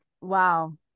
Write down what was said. Wow